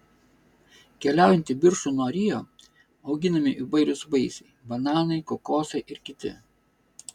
keliaujant į viršų nuo rio auginami įvairūs vaisiai bananai kokosai ir kiti